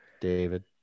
David